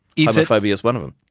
yeah homophobia is one of them.